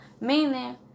Meaning